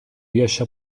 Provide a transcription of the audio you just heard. riesce